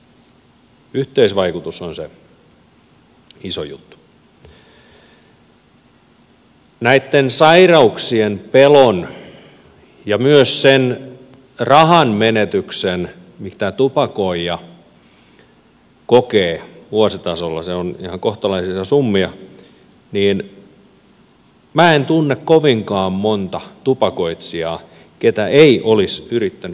mitä tulee näitten sairauksien pelkoon ja myös siihen rahanmenetykseen mitä tupakoija kokee vuositasolla se on ihan kohtalainen summa minä en tunne kovinkaan monta tupakoitsijaa joka ei olisi yrittänyt tupakkalakkoa